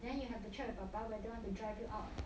then you have to check with 爸爸 whether want to drive you out or not